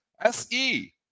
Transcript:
SE